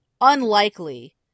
unlikely